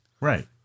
Right